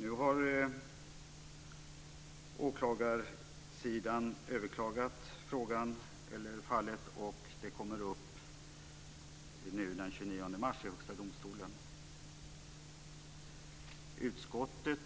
Nu har åklagarsidan överklagat och målet kommer upp den 29 mars i högsta domstolen. Utskottet